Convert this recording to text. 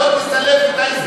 ואתה לא תסלף את ההיסטוריה,